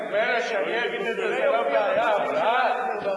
מילא שאני אגיד את זה זה לא בעיה, אבל את?